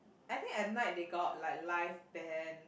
I think at night they got like live band